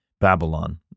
Babylon